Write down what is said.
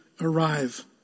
arrive